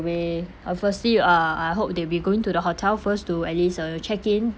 we uh firstly uh I hope we'll be going to the hotel first to at least uh check in